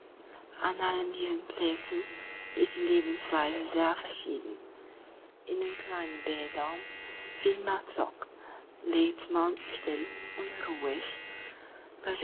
an allen diesen plätzen ist die lebensweise sehr verschieden in den kleinen bädern wie in matlock lebt man still